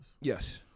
Yes